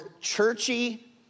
churchy